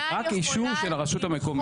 רק אישור של הרשות המקומית.